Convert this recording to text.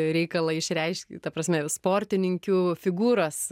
reikalą išreišk ta prasme ir sportininkių figūras